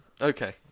Okay